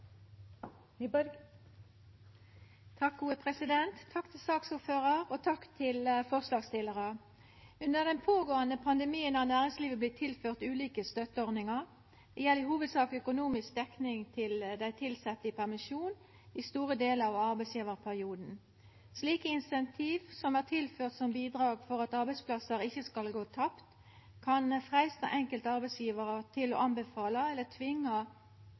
sakene. Takk til saksordføraren, og takk til forslagsstillarane. Under den pågåande pandemien har næringslivet vorte tilført ulike støtteordningar. Det gjeld i hovudsak økonomisk dekning til dei tilsette i permisjon i store delar av arbeidsgjevarperioden. Slike insentiv som er tilførte som bidrag for at arbeidsplassar ikkje skal gå tapt, kan freista enkelte arbeidsgjevarar til å anbefala eller